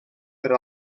per